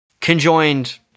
conjoined